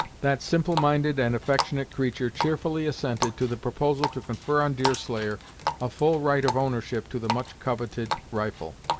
that simple-minded and affectionate creature cheerfully assented to the proposal to confer on deerslayer a full right of ownership to the much-coveted rifle.